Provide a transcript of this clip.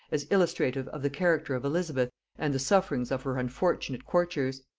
as illustrative of the character of elizabeth and the sufferings of her unfortunate courtiers.